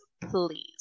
please